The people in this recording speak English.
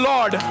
Lord